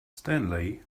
stanley